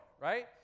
right